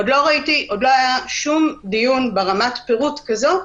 עוד לא היה שום דיון ברמת פירוט כזאת